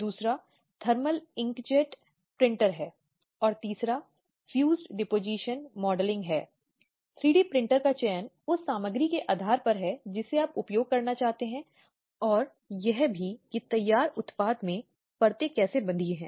इसलिए यह मुद्दा या जब हम घरेलू हिंसा की बात करते हैं तो इस तरह के शब्द का मतलब क्या होता है